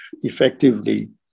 effectively